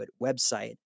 website